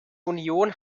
union